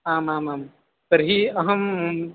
आमामां तर्हि अहम्